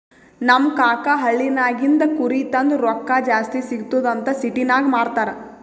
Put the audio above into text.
ನಮ್ ಕಾಕಾ ಹಳ್ಳಿನಾಗಿಂದ್ ಕುರಿ ತಂದು ರೊಕ್ಕಾ ಜಾಸ್ತಿ ಸಿಗ್ತುದ್ ಅಂತ್ ಸಿಟಿನಾಗ್ ಮಾರ್ತಾರ್